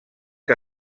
que